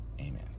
Amen